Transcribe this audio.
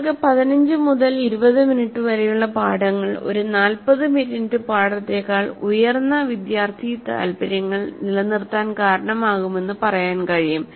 നിങ്ങൾക്ക് 15 മുതൽ 20 മിനിറ്റ് വരെയുള്ള പാഠങ്ങൾ ഒരു 40 മിനിറ്റ് പാഠത്തേക്കാൾ ഉയർന്ന വിദ്യാർത്ഥി താൽപ്പര്യങ്ങൾ നിലനിർത്താൻ കാരണമാകുമെന്ന് പറയാൻ കഴിയും